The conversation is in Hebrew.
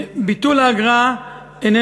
ביטול האגרה אינו